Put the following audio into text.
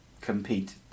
compete